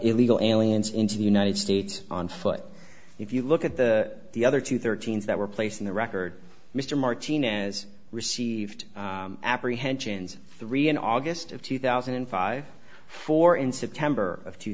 illegal aliens into the united states on foot if you look at the the other two thirteen's that were placed in the record mr martinez received apprehensions three in august of two thousand and five four in september of two